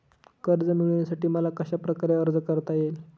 कर्ज मिळविण्यासाठी मला कशाप्रकारे अर्ज करता येईल?